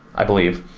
i believe,